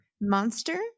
Monster